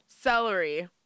celery